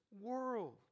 world